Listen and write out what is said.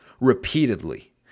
repeatedly